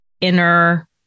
inner